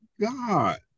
God